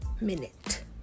minute